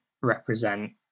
represent